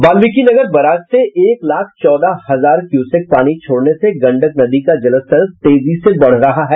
Valmikinagar barrage से एक लाख चौदह हजार क्यूसेक पानी छोड़ने से गंडक नदी का जलस्तर तेजी से बढ़ रहा है